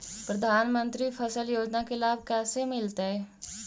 प्रधानमंत्री फसल योजना के लाभ कैसे मिलतै?